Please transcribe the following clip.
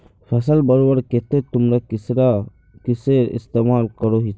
फसल बढ़वार केते तुमरा किसेर इस्तेमाल करोहिस?